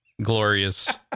glorious